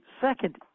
second